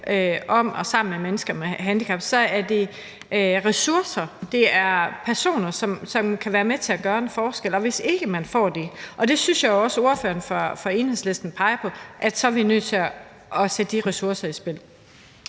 om og sammen med mennesker med handicap, så er det ressourcer, det er personer, som kan være med til at gøre en forskel. Og hvis ikke man får det – og det synes jeg også at ordføreren for Enhedslisten peger på – er vi nødt til at sætte de ressourcer i spil.